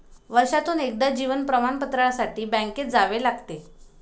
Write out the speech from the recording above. वर्षातून एकदा जीवन प्रमाणपत्रासाठी बँकेत जावे लागते